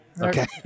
Okay